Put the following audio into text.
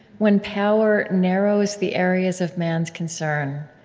when power narrows the areas of man's concern,